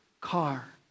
car